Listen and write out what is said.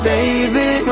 Baby